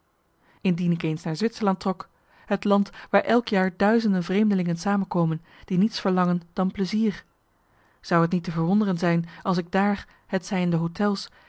indien ik eens naar zwitserland trok het land waar elk jaar duizenden vreemdelingen samenkomen die niets verlangen dan plezier zou t niet te verwonderen zijn als ik daar hetzij in de hôtels